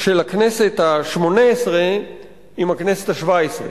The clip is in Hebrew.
של הכנסת השמונה-עשרה עם הכנסת השבע-עשרה,